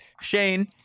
Shane